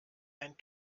ein